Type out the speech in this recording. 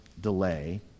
delay